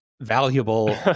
valuable